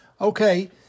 Okay